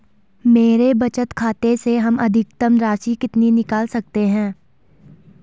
मेरे बचत खाते से हम अधिकतम राशि कितनी निकाल सकते हैं?